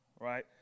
Right